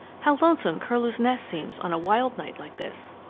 how lonesome curlew's nest seems on a wild night like this!